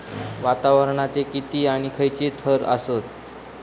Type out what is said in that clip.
वातावरणाचे किती आणि खैयचे थर आसत?